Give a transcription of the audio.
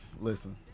Listen